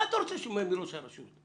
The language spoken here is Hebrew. מה אתה רוצה מראש הרשות?